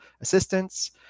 Assistance